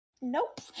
Nope